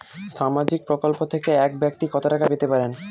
সামাজিক প্রকল্প থেকে এক ব্যাক্তি কত টাকা পেতে পারেন?